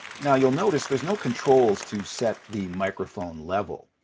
now, you'll notice there's no controls to set the microphone level.